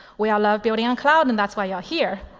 we all love building on cloud, and that's why you are here.